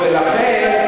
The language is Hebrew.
ולכן,